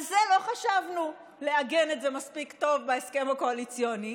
לא חשבנו לעגן את זה מספיק טוב בהסכם הקואליציוני.